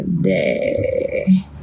day